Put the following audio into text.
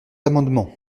amendement